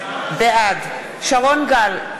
בעד שרון גל,